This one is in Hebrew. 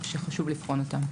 שחשוב לבחון אותם.